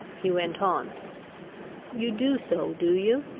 he went on you do so do you?